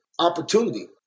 opportunity